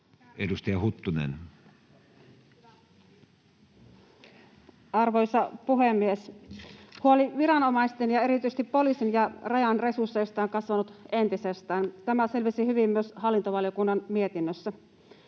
15:18 Content: Arvoisa puhemies! Huoli viranomaisten ja erityisesti poliisin ja Rajan resursseista on kasvanut entisestään, tämä selvisi hyvin myös hallintovaliokunnan mietinnössä.